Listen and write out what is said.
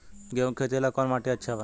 गेहूं के खेती ला कौन माटी अच्छा बा?